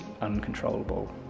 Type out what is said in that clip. uncontrollable